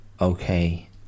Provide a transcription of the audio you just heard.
okay